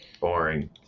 Boring